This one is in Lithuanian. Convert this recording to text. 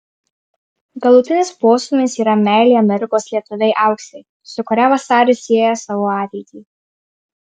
galutinis postūmis yra meilė amerikos lietuvei auksei su kuria vasaris sieja savo ateitį